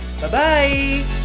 Bye-bye